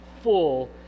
full